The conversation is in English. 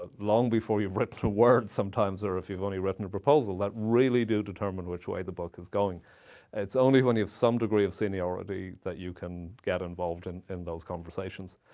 ah long before you've written a word, sometimes, or if you've only written a proposal that really do determine which way the book is going it's only when you have some degree of seniority that you can get involved in and those conversations.